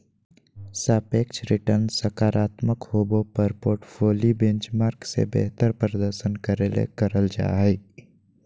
सापेक्ष रिटर्नसकारात्मक होबो पर पोर्टफोली बेंचमार्क से बेहतर प्रदर्शन करे ले करल जा हइ